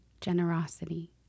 generosity